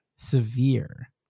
Severe